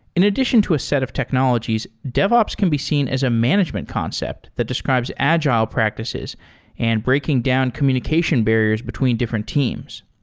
in addition to a set of technologies, devops can be seen as a management concept that describes agile practices and breaking down communication barriers between different teams.